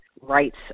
rights